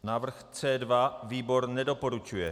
Návrh C2. Výbor nedoporučuje.